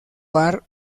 par